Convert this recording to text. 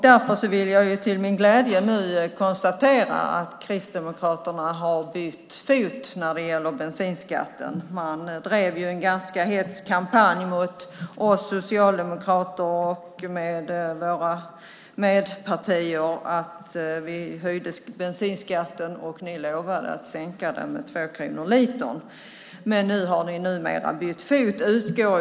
Därför kan jag nu till min glädje konstatera att Kristdemokraterna har bytt fot när det gäller bensinskatten. Man drev en ganska hätsk kampanj mot oss socialdemokrater och våra medpartier för att vi höjde bensinskatten. Ni lovade att sänka den med 2 kronor litern. Jag utgår från att ni numera har bytt fot.